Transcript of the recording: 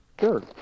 Sure